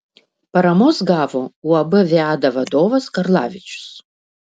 paramos gavo uab viada vadovas karlavičius